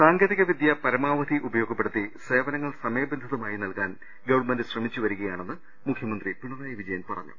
സാങ്കേതിക വിദ്യ പരമാവധി ഉപയോഗപ്പെടുത്തി സേവനങ്ങൾ സമ യബന്ധിതമായി നൽകാൻ ഗവൺമെന്റ് ശ്രമിച്ചുവരികയാണെന്ന് മുഖ്യമന്ത്രി പിണറായി വിജയൻ പറഞ്ഞു